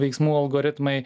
veiksmų algoritmai